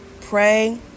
pray